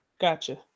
gotcha